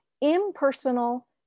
impersonal